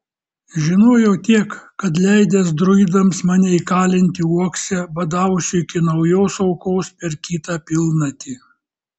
žinojau tiek kad leidęs druidams mane įkalinti uokse badausiu iki naujos aukos per kitą pilnatį